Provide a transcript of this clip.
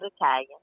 Italian